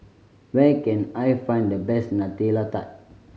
where can I find the best Nutella Tart